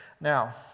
Now